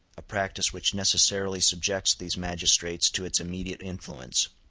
a practice which necessarily subjects these magistrates to its immediate influence.